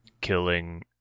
killing